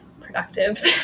productive